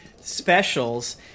specials